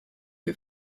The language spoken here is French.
que